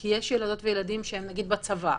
כי יש ילדות וילדים שהם נגיד בצבא,